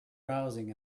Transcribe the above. browsing